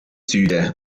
züge